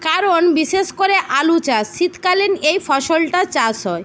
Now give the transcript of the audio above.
কারণ বিশেষ করে আলু চাষ শীতকালীন এই ফসলটা চাষ হয়